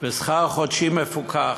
בשכר חודשי מפוקח.